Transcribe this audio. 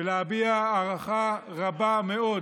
ולהביע הערכה רבה מאוד